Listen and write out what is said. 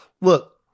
look